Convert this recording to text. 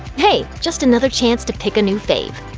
hey, just another chance to pick a new fav!